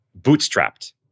bootstrapped